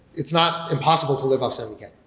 it's not impossible to live up seventy k.